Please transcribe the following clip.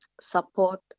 support